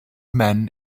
man